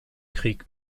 krieg